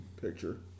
Picture